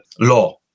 law